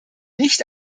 nicht